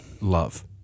love